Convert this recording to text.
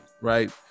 right